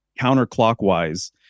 counterclockwise